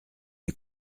les